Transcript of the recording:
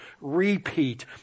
repeat